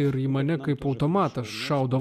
ir į mane kaip automatas šaudo